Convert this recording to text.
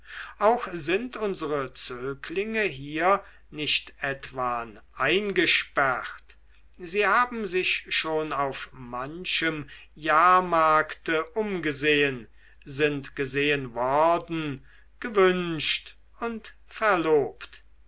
auch sind unsre zöglinge hier nicht etwan eingesperrt sie haben sich schon auf manchem jahrmarkte umgesehen sind gesehen worden gewünscht und verlobt